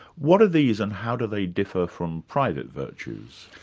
what are these and how do they differ from private virtues?